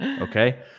okay